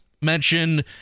mentioned